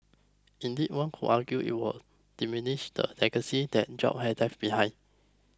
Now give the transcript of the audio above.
indeed one could argue it would diminish the legacy that Jobs has left behind